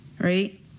right